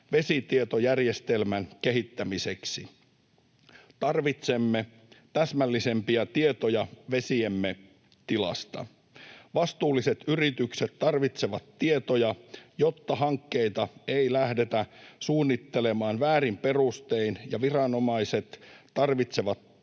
vesitietojärjestelmän kehittämiseksi. Tarvitsemme täsmällisempiä tietoja vesiemme tilasta. Vastuulliset yritykset tarvitsevat tietoja, jotta hankkeita ei lähdetä suunnittelemaan väärin perustein, ja viranomaiset tarvitsevat tietoa,